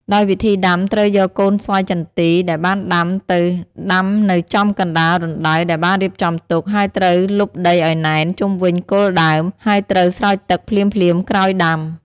ដោយវិធីដាំត្រូវយកកូនស្វាយចន្ទីដែលបានដាំទៅដាំនៅចំកណ្តាលរណ្តៅដែលបានរៀបចំទុក ហើយត្រូវលប់ដីឱ្យណែន ជុំវិញគល់ដើម ហើយត្រូវ ស្រោចទឹក ភ្លាមៗក្រោយដាំ។